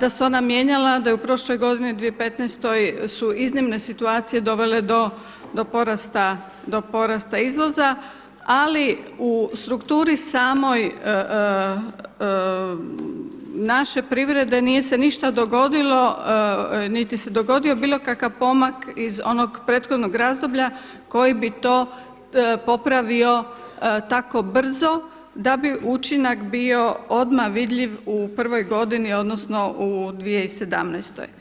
da se ona mijenjala, da je prošle godine 2015. su iznimne situacije dovele do porasta izvoza ali u strukturi samoj naše privrede nije se ništa dogodilo niti se dogodio bilo kakav pomak iz onog prethodnog razdoblja koji bi to popravio tako brzo da bi učinak bio odmah vidljiv u prvoj godini odnosno u 2017.